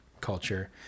culture